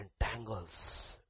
entangles